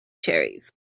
cherries